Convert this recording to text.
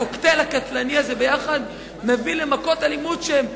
הקוקטייל הקטלני הזה ביחד מביא למכות אלימות שהן קשות,